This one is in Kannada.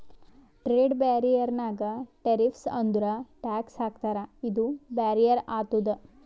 ಟ್ರೇಡ್ ಬ್ಯಾರಿಯರ್ ನಾಗ್ ಟೆರಿಫ್ಸ್ ಅಂದುರ್ ಟ್ಯಾಕ್ಸ್ ಹಾಕ್ತಾರ ಇದು ಬ್ಯಾರಿಯರ್ ಆತುದ್